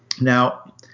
Now